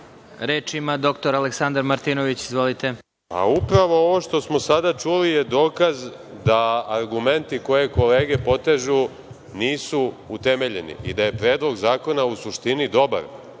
**Aleksandar Martinović** Hvala. Upravo ovo što smo sada čuli je dokaz da argumenti koje kolege potežu nisu utemeljeni i da je Predlog zakona, u suštini, dobar. Sve